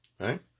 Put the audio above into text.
right